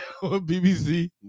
BBC